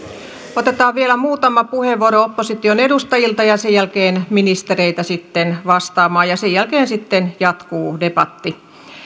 otetaan vielä muutama puheenvuoro opposition edustajilta ja sen jälkeen ministereitä sitten vastaamaan ja sen jälkeen sitten jatkuu debatti